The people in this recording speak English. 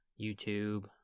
YouTube